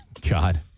God